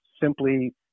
simply